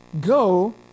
Go